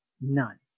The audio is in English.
None